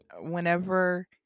whenever